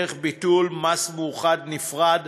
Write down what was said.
דרך ביטול מס מאוחד נפרד,